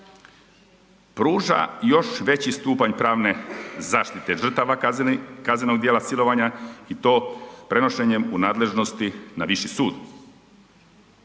pruža još veći stupanj pravne zaštite žrtava kaznenog djela silovanja i to prenošenjem u nadležnosti na viši sud.